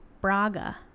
Braga